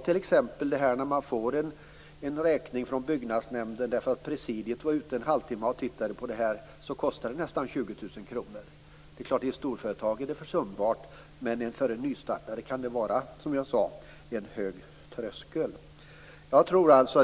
T.ex. kan företaget få en räkning från Byggnadsnämnden därför att presidiet har tittat på objektet i en halvtimma. Det kostar nästan 20 000 kr. I ett storföretag är det försumbart. Men för ett nystartat företag är det en hög tröskel.